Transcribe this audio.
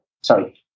sorry